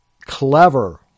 clever